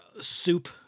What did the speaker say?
soup